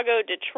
Detroit